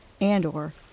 and/or